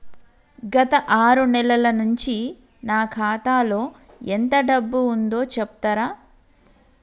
గత ఆరు నెలల నుంచి నా ఖాతా లో ఎంత డబ్బు ఉందో చెప్తరా?